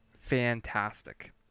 fantastic